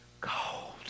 cold